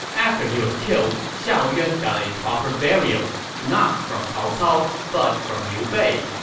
after he was killed, xiahou yuan got a proper burial, not from cao cao, but from liu bei.